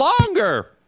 longer